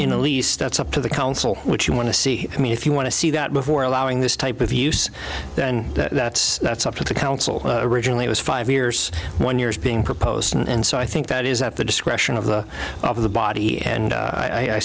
in a lease that's up to the council which you want to see i mean if you want to see that before allowing this type of use then that's that's up to the council originally was five years one years being proposed and so i think that is at the discretion of the of the body and